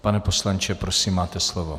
Pane poslanče, prosím, máte slovo.